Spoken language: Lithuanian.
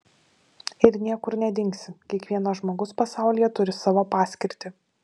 ir niekur nedingsi kiekvienas žmogus pasaulyje turi savo paskirtį